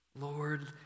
Lord